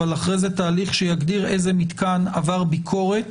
אבל אחרי זה תהליך שיגדיר איזה מתקן עבר ביקורת